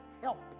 help